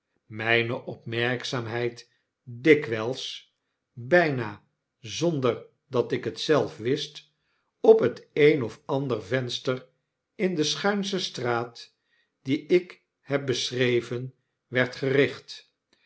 mijne opmerkzaamheid dikwjjls byna zonder dat ik het zelf wist op het een of ander venster in de schuinsche straat die ik heb beschreven werd gericht